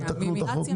אולי תתקנו את החוק.